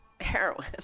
heroin